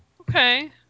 Okay